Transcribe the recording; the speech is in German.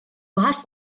hast